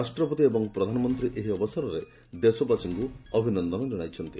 ରାଷ୍ଟପତି ଏବଂ ଉପରାଷ୍ଟପତି ଏହି ଅବସରରେ ଦେଶବାସୀଙ୍କୁ ଅଭିନନ୍ଦନ ଜଣାଇଛନ୍ତି